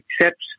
accepts